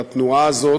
והתנועה הזאת,